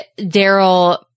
Daryl